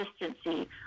consistency